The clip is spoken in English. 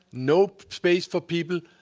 no space for people.